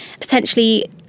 potentially